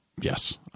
Yes